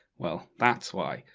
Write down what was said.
well, that's why.